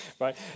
right